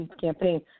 campaign